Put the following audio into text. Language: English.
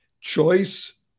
choice